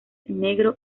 negro